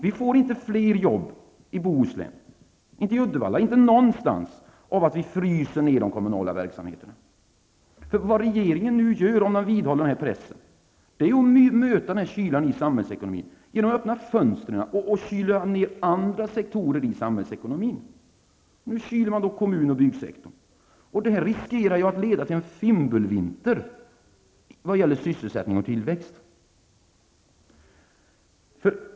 Vi får inte fler jobb i Bohuslän, Uddevalla eller någon annanstans av att vi fryser ned de kommunala verksamheterna. Vad regeringen nu gör om man vidhåller den här pressen är att man möter kylan i samhällsekonomin med att öppna fönstret och kyla ned andra sektorer i samhällsekonomin. Nu kyler man kommun och byggsektorn. Det riskerar att leda till en fimbulvinter när det gäller sysselsättning och tillväxt.